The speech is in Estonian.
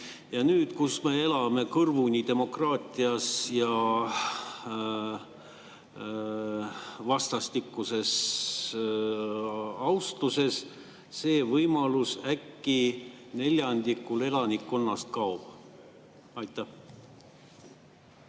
aga nüüd, kui me elame kõrvuni demokraatias ja vastastikuses austuses, see võimalus äkki neljandikul elanikkonnast kaob? Aitäh,